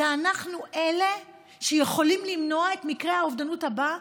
אנחנו אלה שיכולים למנוע את מקרה האובדנות הבא.